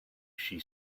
she